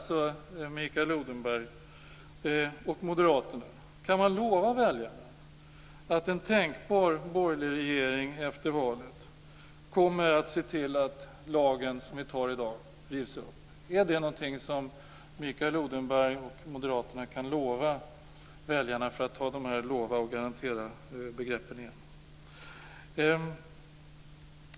Kan Mikael Odenberg och Moderaterna lova väljarna att en tänkbar borgerlig regering efter valet kommer att se till att den lag som vi i dag skall fatta beslut om rivs upp? Är det något som Mikael Odenberg och Moderaterna kan lova väljarna? Herr talman!